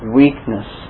weakness